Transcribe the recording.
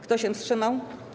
Kto się wstrzymał?